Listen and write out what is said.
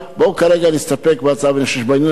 בואו כרגע נסתפק בהצעה שיש בעניין הזה.